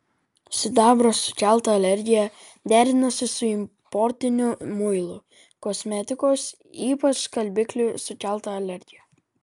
sidabro sukelta alergija derinosi su importinių muilų kosmetikos ypač skalbiklių sukelta alergija